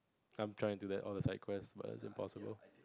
I'm trying to do that all the side quest but it is impossible